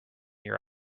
your